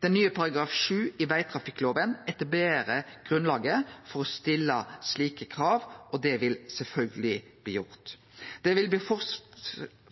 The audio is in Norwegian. Den nye § 7 i vegtrafikkloven etablerer grunnlaget for å stille slike krav, og det vil sjølvsagt bli gjort. Det vil bli